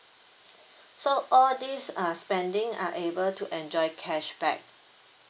so all these are spending are able to enjoy cashback